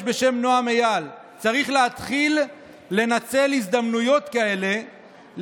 "צריך להתחיל לנצל הזדמנויות כאלה,